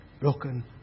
broken